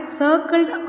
circled